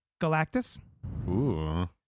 Galactus